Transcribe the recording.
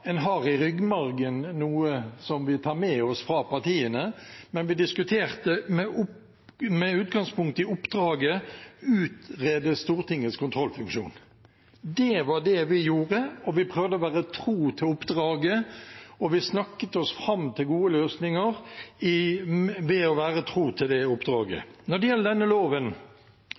en har i ryggmargen noe som vi tar med oss fra partiene, men vi diskuterte med utgangspunkt i oppdraget om å utrede Stortingets kontrollfunksjon. Det var det vi gjorde. Vi prøvde å være tro mot oppdraget, og vi snakket oss fram til gode løsninger ved å være tro mot det oppdraget. Når det gjelder denne loven,